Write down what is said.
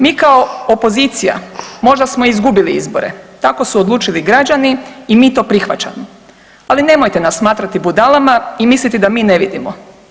Mi kao opozicija možda smo izgubili izbore, tako su odlučili građani i mi to prihvaćamo, ali nemojte nas smatrati budalama i misliti da mi ne vidimo.